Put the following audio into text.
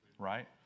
right